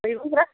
मैगंफोर